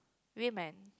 women